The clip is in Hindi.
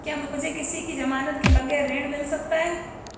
क्या मुझे किसी की ज़मानत के बगैर ऋण मिल सकता है?